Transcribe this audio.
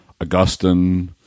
Augustine